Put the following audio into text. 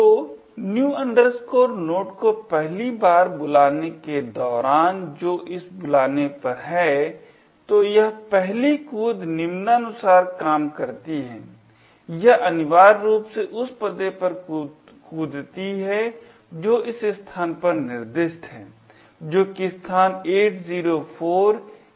तो new node को पहली बार बुलाने के दौरान जो इस बुलाने पर है तो यह पहली कूद निम्नानुसार काम करती है यह अनिवार्य रूप से उस पते पर कूदती है जो इस स्थान पर निर्दिष्ट है जो कि स्थान 804A024 है